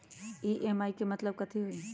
EMI के मतलब कथी होई?